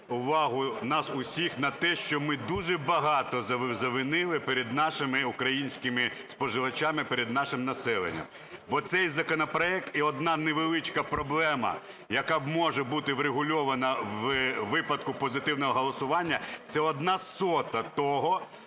увагу, нас всіх, на те, що ми дуже багато завинили перед нашими українськими споживачами, перед нашим населенням. Бо цей законопроект і одна невеличка проблема, яка може бути врегульована у випадку позитивного голосування, це одна сота того,